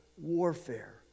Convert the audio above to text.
warfare